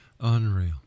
Unreal